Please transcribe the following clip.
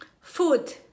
food